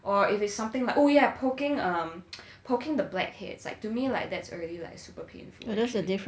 or if it's something like oh yeah poking um poking the black heads like to me like that's already like super painful okay